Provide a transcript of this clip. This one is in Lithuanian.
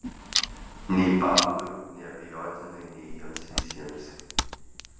nei pablui neabejotinai nei jiems visiems